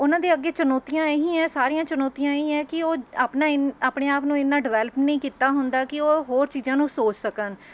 ਉਹਨਾਂ ਦੇ ਅੱਗੇ ਚੁਨੌਤੀਆਂ ਇਹੀ ਹੈ ਸਾਰੀਆਂ ਚੁਨੌਤੀਆਂ ਇਹੀ ਹੈ ਕਿ ਉਹ ਆਪਣਾ ਆਪਣੇ ਆਪ ਨੂੰ ਇੰਨਾ ਡਿਵੈਲਪ ਨਹੀਂ ਕੀਤਾ ਹੁੰਦਾ ਕਿ ਉਹ ਹੋਰ ਚੀਜ਼ਾਂ ਨੂੰ ਸੋਚ ਸਕਣ